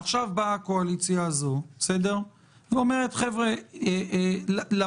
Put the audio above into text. עכשיו באה הקואליציה הזאת ואומרת: למדנו,